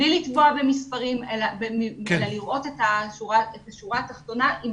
בלי לטבוע במספרים אלא לראות את השורה התחתונה עם